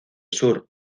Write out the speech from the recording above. sur